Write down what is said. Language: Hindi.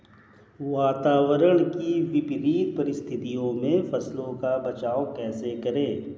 वातावरण की विपरीत परिस्थितियों में फसलों का बचाव कैसे करें?